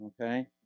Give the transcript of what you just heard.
Okay